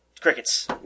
crickets